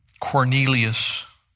Cornelius